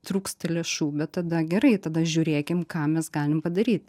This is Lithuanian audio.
trūksta lėšų bet tada gerai tada žiūrėkim ką mes galim padaryt